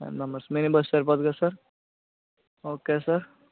ten members mini bus సరిపోతుంది కదా sir okay sir